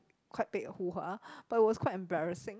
quite big hoo-ha but it was quite embarrassing